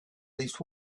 least